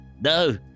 no